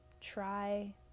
try